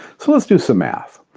so, let's do some math.